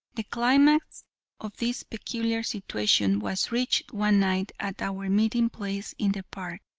the climax of this peculiar situation was reached one night at our meeting place in the park.